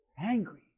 Angry